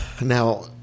Now